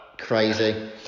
Crazy